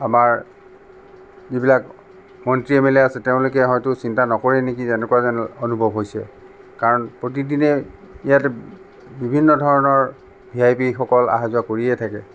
আমাৰ যিবিলাক মন্ত্ৰী এম এল এ আছে তেওঁলোকে হয়তো চিন্তা নকৰেই নেকি তেনেকুৱা যেন অনুভৱ হৈছে কাৰণ প্ৰতিদিনে ইয়াতে বিভিন্ন ধৰণৰ ভি আই পিসকল অহা যোৱা কৰিয়েই থাকে